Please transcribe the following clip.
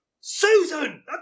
Susan